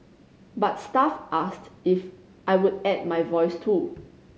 but staff asked if I would add my voice too